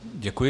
Děkuji.